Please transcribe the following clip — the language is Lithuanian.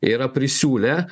yra prisiūlę